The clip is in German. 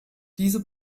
diese